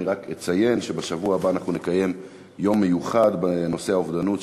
אני רק אציין שבשבוע הבא אנחנו נקיים יום מיוחד בנושא האובדנות,